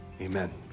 Amen